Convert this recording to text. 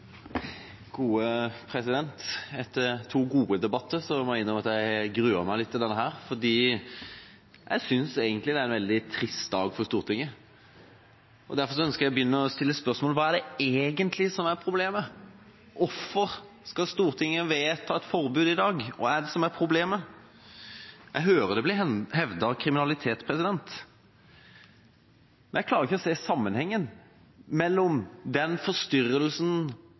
gode debatter må jeg innrømme at jeg har gruet meg litt til denne. Jeg synes egentlig det er en veldig trist dag for Stortinget. Derfor ønsker jeg å begynne med å stille spørsmålet: Hva er egentlig problemet? Hvorfor skal Stortinget vedta et forbud i dag? Hva er problemet? Jeg hører det blir hevdet «kriminalitet». Men jeg klarer ikke å se sammenhengen mellom